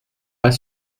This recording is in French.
pas